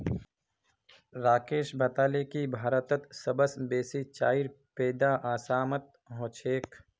राकेश बताले की भारतत सबस बेसी चाईर पैदा असामत ह छेक